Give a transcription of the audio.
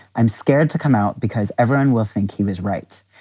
i'm scared to come out because everyone will think he was right.